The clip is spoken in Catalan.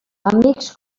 amics